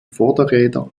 vorderräder